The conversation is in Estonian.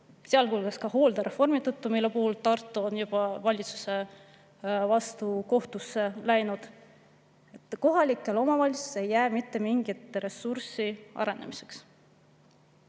sealhulgas ka hooldereformi tõttu, mille puhul Tartu on juba valitsuse vastu kohtusse läinud, ei jää kohalikel omavalitsustel mitte mingit ressurssi arenemiseks.